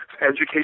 Education